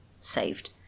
saved